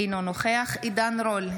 אינו נוכח עידן רול,